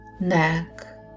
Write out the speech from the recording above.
neck